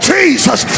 Jesus